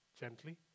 gently